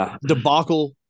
debacle